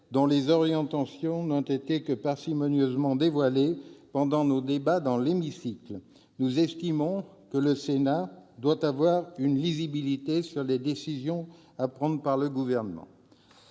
dont les orientations n'ont été que parcimonieusement dévoilées pendant nos débats dans l'hémicycle. Nous estimons que le Sénat doit avoir une lisibilité sur les décisions préparées par le Gouvernement.